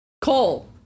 Cole